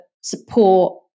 support